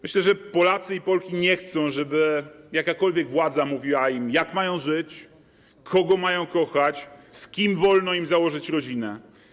Myślę, że Polacy i Polki nie chcą, żeby jakakolwiek władza mówiła im, jak mają żyć, kogo mają kochać, z kim wolno im założyć rodzinę.